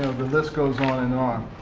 the list goes on and on.